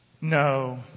No